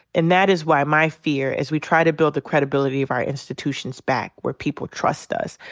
and that is why my fear is we try to build the credibility of our institutions back where people trust us.